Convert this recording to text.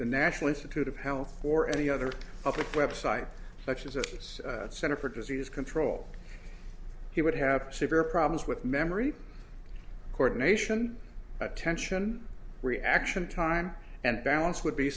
the national institute of health or any other public website such as its center for disease control he would have severe problems with memory court nation attention reaction time and balance would be